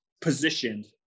positioned